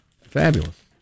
Fabulous